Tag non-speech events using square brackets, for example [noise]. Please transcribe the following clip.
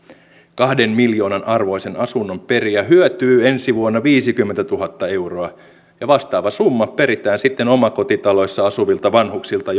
kahden miljoonan arvoisen asunnon perijä hyötyy ensi vuonna viisikymmentätuhatta euroa ja vastaava summa peritään sitten omakotitaloissa asuvilta vanhuksilta [unintelligible]